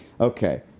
Okay